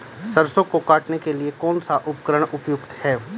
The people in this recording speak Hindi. सरसों को काटने के लिये कौन सा उपकरण उपयुक्त है?